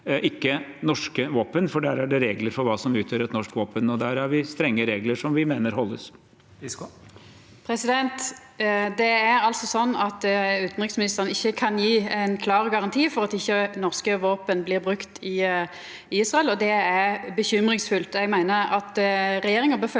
ikke norske våpen, for det er regler for hva som utgjør et norsk våpen. Der har vi strenge regler som vi mener holdes. Ingrid Fiskaa (SV) Det er altså sånn at utanriksministeren ikkje kan gje ein klar garanti for at ikkje norske våpen blir brukte i Israel, og det er bekymringsfullt. Eg meiner at regjeringa bør